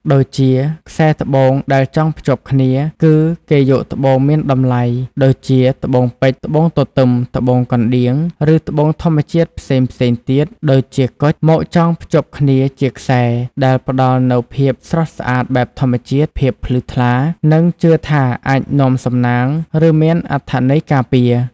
ដូចជា ខ្សែត្បូងដែលចងភ្ជាប់គ្នា គឺគេយកត្បូងមានតម្លៃ (ដូចជាត្បូងពេជ្រ ត្បូងទទឹម ត្បូងកណ្ដៀង) ឬត្បូងធម្មជាតិផ្សេងៗទៀត (ដូចជាគុជ) មកចងភ្ជាប់គ្នាជាខ្សែ ដែលផ្តល់នូវភាពស្រស់ស្អាតបែបធម្មជាតិ ភាពភ្លឺថ្លា និងជឿថាអាចនាំសំណាង ឬមានអត្ថន័យការពារ។